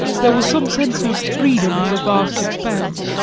there was some sense of freedom in the vast expanse,